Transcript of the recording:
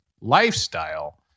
lifestyle